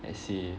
let's see